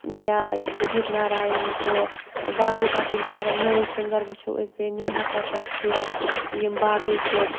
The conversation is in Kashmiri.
یا اُدِت نارایَن چھُ باقٕے باقٕے یِم سِنٛگَر نٔے سِنٛگَر وٕچھو أسۍ یہِ نیہا کَکَر چھِ یِم باقٕے چھِ